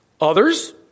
Others